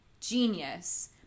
genius